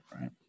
Right